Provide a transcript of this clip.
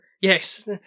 Yes